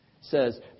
says